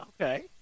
Okay